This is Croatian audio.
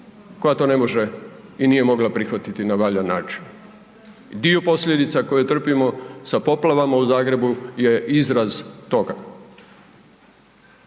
koja to ne može i nije mogla prihvatiti na valjan način. I dio posljedica koje trpimo sa poplavama u Zagrebu je izraz toga.